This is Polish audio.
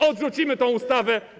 Odrzucimy tę ustawę.